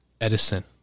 Edison